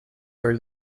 are